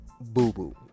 boo-boo